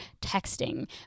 texting